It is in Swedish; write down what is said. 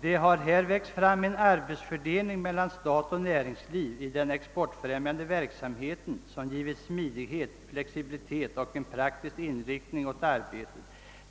»Det har här växt fram en arbetsfördelning mellan stat och näringsliv i den exportfrämjande verksamheten, som givit smidighet, flexibilitet och en praktisk inriktning åt arbetet.